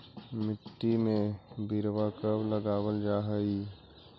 मिट्टी में बिरवा कब लगावल जा हई?